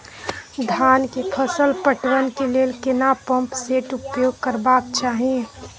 धान के फसल पटवन के लेल केना पंप सेट उपयोग करबाक चाही?